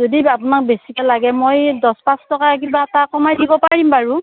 যদি আপোনাক বেছিকে লাগে মই দহ পাঁচ টকা কিবা এটা কমাই দিব পাৰিম বাৰু